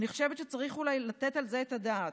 ואני חושבת שצריך אולי לתת על זה את הדעת.